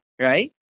right